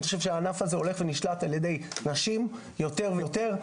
אני חושב שהענף הזה הולך ונשלט על ידי נשים יותר ויותר.